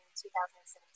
2017